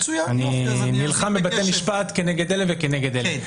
אני נלחם בבתי המשפט כנגד אלה וכנגד אלה.